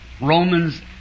Romans